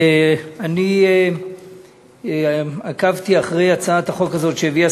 אני עקבתי אחרי הצעת החוק הזאת שהביאה